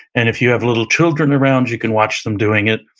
and if you have little children around, you can watch them doing it.